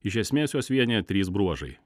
iš esmės juos vienija trys bruožai